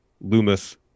Loomis